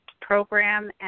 Program